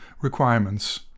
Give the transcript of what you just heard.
requirements